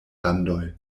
landoj